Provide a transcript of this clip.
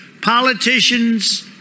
politicians